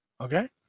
Okay